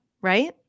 right